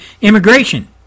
immigration